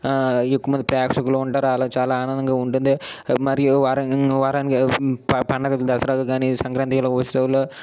ఎక్కువమంది ప్రేక్షకులు ఉంటారు అలా చాలా ఆనందంగా ఉంటుంది మరియు వారా వారానికి పండగుంది దసరాకి కానీ సంక్రాంతి ఉత్సవాలు